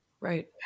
Right